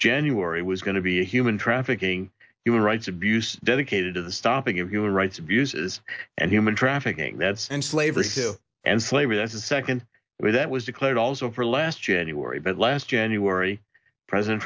january was going to be a human trafficking human rights abuse dedicated to the stopping of human rights abuses and human trafficking that's and slavery and slavery that's a second there that was declared also for last january but last january president